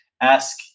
ask